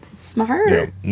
smart